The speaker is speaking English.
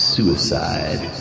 Suicide